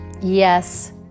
yes